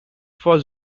for